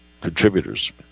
contributors